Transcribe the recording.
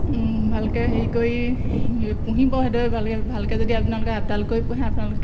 ভালকৈ হেৰি কৰি পুহিব সেইদৰে ভালকৈ ভালকৈ যদি আপোনালোকে আপডাল কৰি পুহে আপোনালোকেই